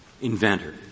inventor